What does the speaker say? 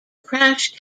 crash